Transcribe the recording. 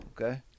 Okay